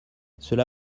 cela